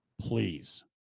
please